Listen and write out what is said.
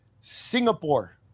Singapore